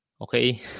Okay